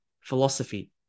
philosophy